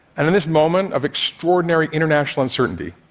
and in this moment of extraordinary international uncertainty,